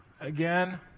again